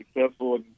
successful